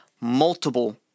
multiple